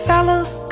Fellas